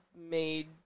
made